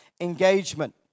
engagement